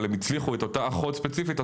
אבל הם הצליחו את אותה אחות ספציפית,